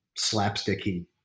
slapsticky